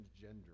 gender